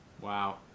Wow